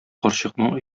карчыкның